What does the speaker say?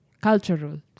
Cultural